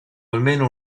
almeno